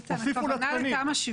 איתן, הכוונה היא לתמ"א 70